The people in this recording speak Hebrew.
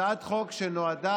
הצעת חוק שנועדה